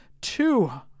Two